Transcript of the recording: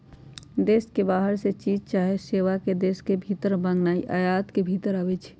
देश के बाहर से चीज चाहे सेवा के देश के भीतर मागनाइ आयात के भितर आबै छइ